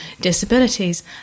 disabilities